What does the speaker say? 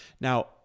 now